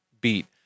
beat